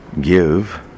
give